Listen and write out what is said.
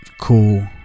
cool